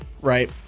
right